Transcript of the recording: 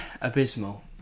abysmal